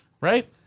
Right